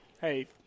Hey